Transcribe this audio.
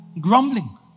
grumbling